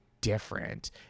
different